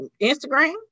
Instagram